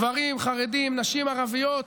גברים חרדים, נשים ערביות.